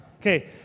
Okay